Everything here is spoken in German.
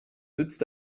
nützt